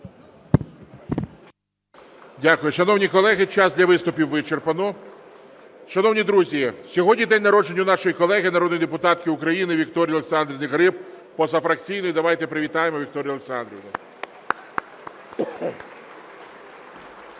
Дякую. Шановні колеги, час для виступів вичерпано. Шановні друзі, сьогодні день народження у нашої колеги народної депутатки України Вікторії Олександрівни Гриб, позафракційної. Давайте привітаємо Вікторію Олександрівну.